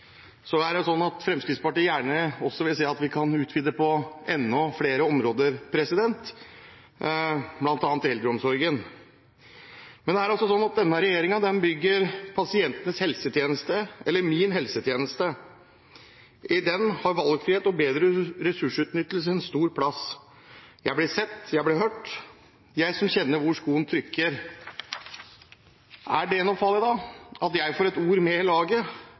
Så er det sånn at Fremskrittspartiet gjerne vil se at vi også kan utvide på enda flere områder, bl.a. eldreomsorgen. Denne regjeringen bygger pasientenes helsetjeneste – eller min helsetjeneste. I den har valgfrihet og bedre ressursutnyttelse en stor plass. Jeg blir sett, jeg blir hørt – jeg som kjenner hvor skoen trykker. Er det da noe farlig at jeg får et ord med i laget?